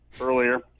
earlier